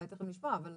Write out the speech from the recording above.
אולי תיכף נשמע, אבל